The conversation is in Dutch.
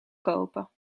kopen